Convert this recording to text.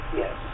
yes